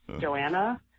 Joanna